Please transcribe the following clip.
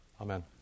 Amen